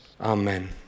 Amen